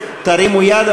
תרימו יד,